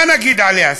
מה נגיד עליה?